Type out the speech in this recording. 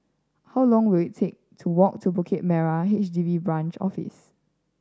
how long will it take to walk to Bukit Merah H D B Branch Office